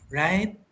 right